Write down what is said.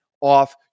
off